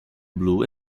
blue